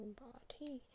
body